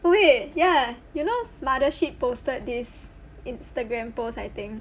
oh wait ya you know mothership posted this instagram post I think